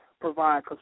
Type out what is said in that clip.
provide